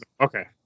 Okay